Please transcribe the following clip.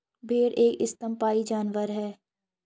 भेड़ एक स्तनपायी जानवर है